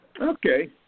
Okay